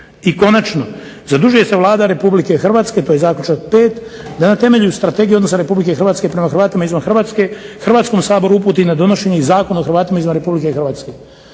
I konačno zadužuje se Vlada Republike Hrvatske to je zaključak 5. da na temelju strategije odnosno Republike Hrvatske prema Hrvatima izvan Hrvatske, hrvatskom saboru uputi na donošenje i Zakon o Hrvatima izvan Republike Hrvatske.